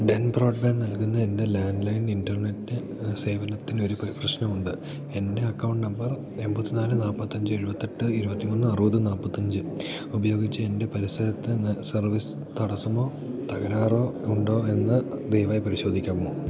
Den broadband നൽകുന്ന എൻ്റെ landline internet സേവനത്തിനൊരു പ്രശ്നം ഉണ്ട് എൻ്റെ അക്കൗണ്ട് നമ്പർ എണ്പത്തിനാല് നാല്പത്തിയഞ്ച് എഴുപത്തിയെട്ട് ഇരുപത്തിമൂന്ന് അറുപത് നാല്പത്തിയഞ്ച് ഉപയോഗിച്ച് എൻ്റെ പരിസരത്തുനിന്ന് സർവീസ് തടസ്സമോ തകരാറോ ഉണ്ടോ എന്നു ദയവായി പരിശോധിക്കാമോ